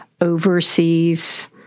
overseas